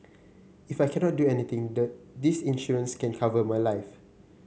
if I cannot do anything this insurance can cover my life